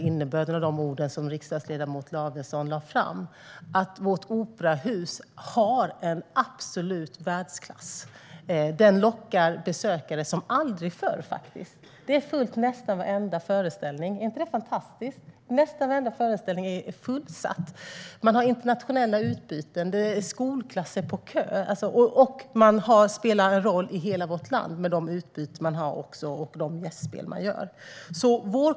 Innebörden av riksdagsledamoten Lavessons ord tål också att upprepas: Vårt operahus håller absolut världsklass och lockar besökare som aldrig förr. Nästan varenda föreställning är fullsatt! Man har internationella utbyten, och skolklasser står på kö. Man spelar en roll i hela vårt land med både utbyten och gästspel.